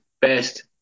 best